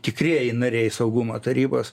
tikrieji nariai saugumo tarybos